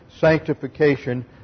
sanctification